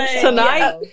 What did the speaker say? Tonight